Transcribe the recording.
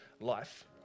life